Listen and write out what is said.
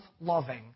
loving